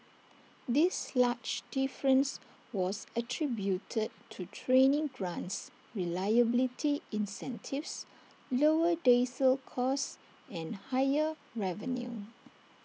this large difference was attributed to training grants reliability incentives lower diesel costs and higher revenue